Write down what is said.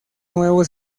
nuevo